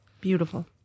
Beautiful